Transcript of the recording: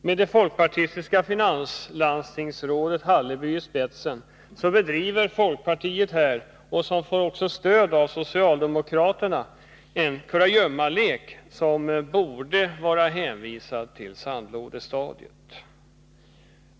Med det folkpartistiska landstingsrådet Hallerby i spetsen bedriver folkpartiet med hjälp av socialdemokraterna en kurragömmalek, som borde vara hänvisad till sandlådestadiet.